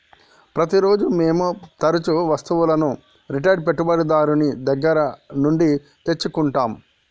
ప్రతిరోజూ మేము తరుచూ వస్తువులను రిటైల్ పెట్టుబడిదారుని దగ్గర నుండి తెచ్చుకుంటం